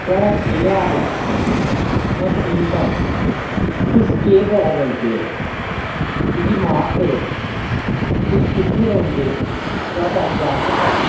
थुआढ़ा केह् हाल ऐ में ठीक आं तुस केह् करा करदे ओ मिगी माफ करो तुस कुत्थे रौह्न्दे ओ थोआढ़ा स्वागत ऐ